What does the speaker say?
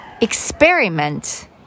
experiment